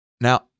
Now